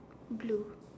blue